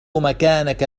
مكانك